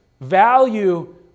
value